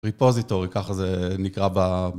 ריפוזיטורי, כך זה נקרא ב